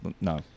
No